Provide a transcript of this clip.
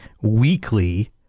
weekly